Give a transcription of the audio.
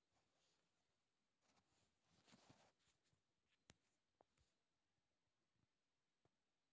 ಸಾವಯವ ಬೇಸಾಯ್ ನಾವ್ ಕಮ್ಮಿ ಬಂಡ್ವಾಳದಾಗ್ ಮಾಡಬಹುದ್ ಮತ್ತ್ ಇದು ಪರಿಸರ್ ಸ್ನೇಹಿನೂ ಅದಾ